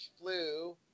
flu